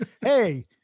Hey